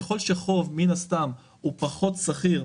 ככל שחוב מן הסתם הוא פחות סחיר,